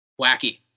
Wacky